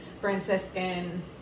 Franciscan